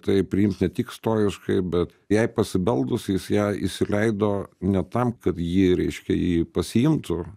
tai priimt ne tik stojiškai bet jai pasibeldus jis ją įsileido ne tam kad ji reiškia jį pasiimtų